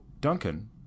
Duncan